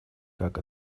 как